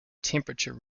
temperature